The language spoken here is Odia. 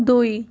ଦୁଇ